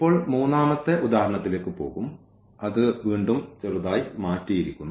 ഇപ്പോൾ മൂന്നാമത്തെ ഉദാഹരണത്തിലേക്ക് പോകും അത് വീണ്ടും ചെറുതായി മാറ്റിയിരിക്കുന്നു